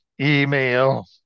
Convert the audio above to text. email